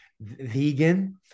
Vegan